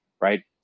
right